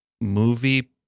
movie